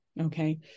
Okay